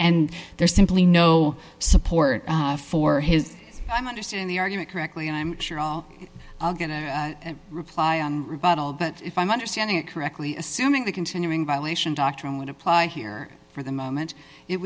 and there's simply no support for his i understand the argument correctly and i'm sure i'll get a reply on rebuttal but if i'm understanding it correctly assuming the continuing violation doctrine would apply here for the moment it